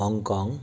Hong Kong